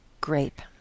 Grape